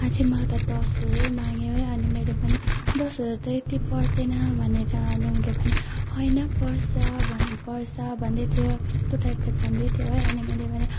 अझै मलाई त दस हजार माग्यो है अनि मैले भनेँ दस हजार त यति पर्दैन भनेर अनि उसले भने होइन पर्छ भन पर्छ भन्दै थियो कस्तो टाइपले भन्दै थियो है अनि मैले भनेँ